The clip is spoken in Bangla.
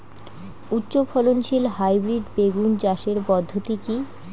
উচ্চ ফলনশীল হাইব্রিড বেগুন চাষের পদ্ধতি কী?